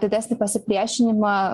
didesnį pasipriešinimą